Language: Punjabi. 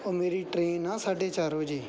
ਉਹ ਮੇਰੀ ਟ੍ਰੇਨ ਆ ਸਾਢੇ ਚਾਰ ਵਜੇ